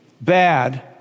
bad